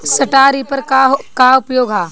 Straw reaper क का उपयोग ह?